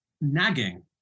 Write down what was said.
nagging